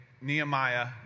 Nehemiah